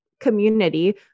community